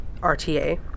RTA